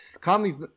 Conley's